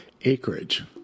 Acreage